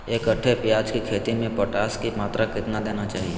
एक कट्टे प्याज की खेती में पोटास की मात्रा कितना देना चाहिए?